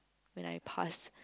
when I pass